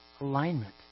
alignment